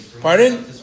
Pardon